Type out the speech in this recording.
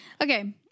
Okay